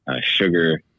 sugar